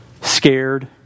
scared